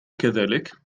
كذلك